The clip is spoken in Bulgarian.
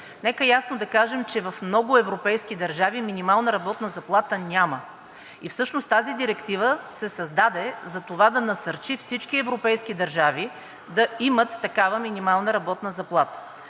нека ясно да кажем, че в много европейски държави минимална работна заплата няма и всъщност тази директива се създаде за това да насърчи всички европейски държави да имат такава минимална работна заплата.